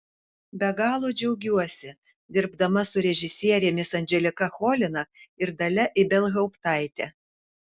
be galo džiaugiuosi dirbdama su režisierėmis anželika cholina ir dalia ibelhauptaite